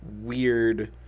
weird